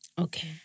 Okay